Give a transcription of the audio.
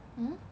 mm